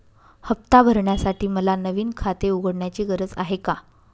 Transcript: हफ्ता भरण्यासाठी मला नवीन खाते उघडण्याची गरज आहे का?